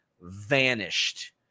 Vanished